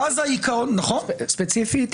ספציפית,